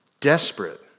desperate